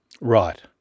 Right